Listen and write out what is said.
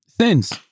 sins